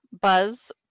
Buzz